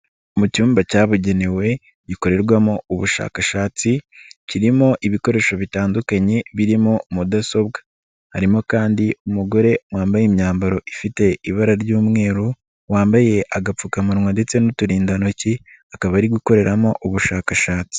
Mu cyumba cyabugenewe gikorerwamo ubushakashatsi kirimo ibikoresho bitandukanye birimo mudasobwa, harimo kandi umugore wambaye imyambaro ifite ibara ry'umweru wambaye agapfukamunwa ndetse n'uturindantoki akaba ari gukoreramo ubushakashatsi.